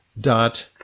dot